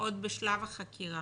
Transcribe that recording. עוד בשלב החקירה.